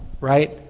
right